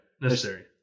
necessary